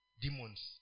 demons